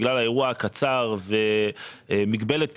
בגלל האירוע הקצר ובמגבלת פיצוי,